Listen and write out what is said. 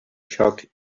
shocked